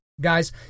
Guys